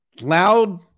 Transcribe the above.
loud